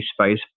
space